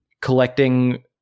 collecting